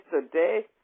today